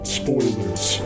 spoilers